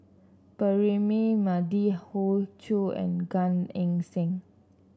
Braema Mathi Hoey Choo and Gan Eng Seng